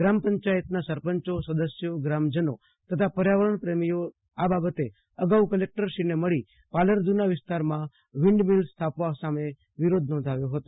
ગ્રામ પંચાયતના સરપંચો સદસ્યો ગ્રામજનો તથા પર્યાવરણ પ્રેમીઓ આ બાબતે અગાઉ કલેક ટરશ્રીને મળી પાલારધુના વિસ્તારમા વિન્ડમોલ સ્થાપવા સામે વિરલધ નોંધવ્યો હતો